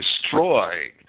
destroyed